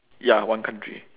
ya one country